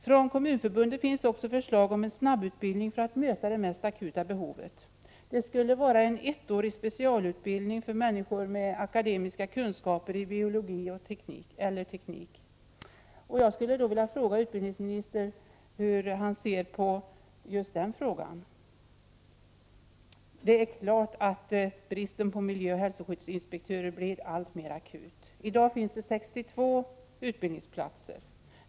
Från Kommunförbundet finns också förslag om en snabbutbildning för att möta det mest akuta behovet. Det skulle vara en ettårig specialutbildning för människor med akademiska kunskaper i biologi eller teknik. Jag skulle vilja fråga utbildningsministern hur han ser på just den frågan. Bristen på miljöoch hälsoskyddsinspektörer blir alltmer akut. I dag finns det 62 utbildningsplatser.